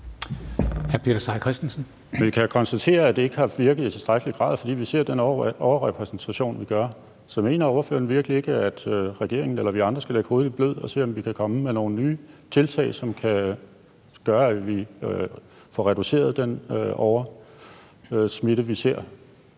Vi kan jo konstatere, at det ikke har virket i tilstrækkelig grad, når vi ser den overrepræsentation, som vi gør. Så mener ordføreren virkelig ikke, at regeringen eller vi andre skal lægge hovedet i blød og se, om vi kan komme med nogle nye tiltag, som kan gøre, at vi får reduceret den overrepræsentation